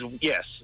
yes